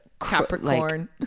capricorn